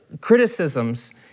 criticisms